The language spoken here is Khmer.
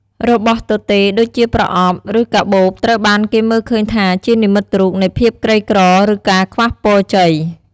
របរទទេដូចជាប្រអប់ ឬកាបូបត្រូវបានគេមើលឃើញថាជានិមិត្តរូបនៃភាពក្រីក្រ ឬការខ្វះពរជ័យ។